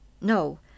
No